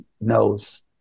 knows